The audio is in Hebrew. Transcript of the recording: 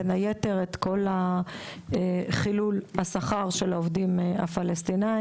בין היתר את כל חילול השכר של העובדים הפלשתינאים,